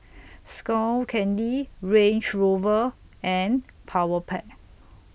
Skull Candy Range Rover and Powerpac